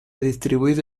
distribuido